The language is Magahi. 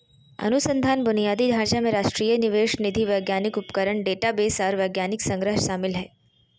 अनुसंधान बुनियादी ढांचा में राष्ट्रीय निवेश निधि वैज्ञानिक उपकरण डेटाबेस आर वैज्ञानिक संग्रह शामिल हइ